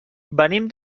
venim